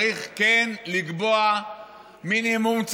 צריך כן לקבוע מינימום,